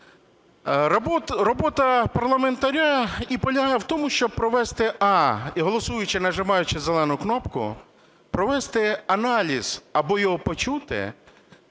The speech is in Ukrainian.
Робота парламентаря і полягає в тому, щоб провести: а) голосуючи, нажимаючи зелену кнопку, провести аналіз або його почути,